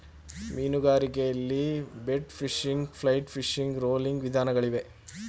ಮೀನುಗಾರಿಕೆಯಲ್ಲಿ bait fishing, flight fishing, rolling ವಿಧಾನಗಳಿಗವೆ